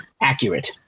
accurate